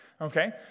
Okay